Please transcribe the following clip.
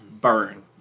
Burn